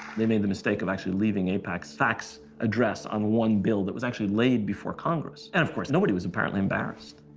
they made the mistake of actually leaving aipacis fax fax address on one bill that was actually laid before congress. and of course, nobody was apparently embarrassed.